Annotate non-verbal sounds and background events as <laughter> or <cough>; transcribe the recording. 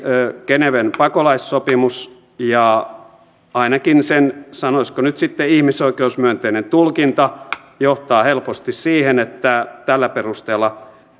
geneven pakolaissopimus ja ainakin sen sanoisiko nyt sitten ihmisoikeusmyönteinen tulkinta johtaa helposti siihen että tällä perusteella <unintelligible>